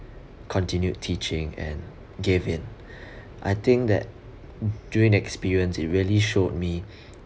continued teaching and gave in I think that during experience it really showed me